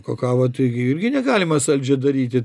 kakavą taigi irgi negalima saldžią daryti